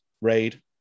RAID